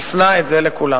הפנה את זה לכולם.